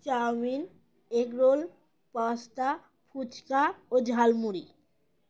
chowmein এ গরোল pasta fuchka ও ঝালমুড়ি